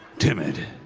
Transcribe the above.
timid.